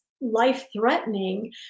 life-threatening